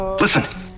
Listen